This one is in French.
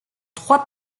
trois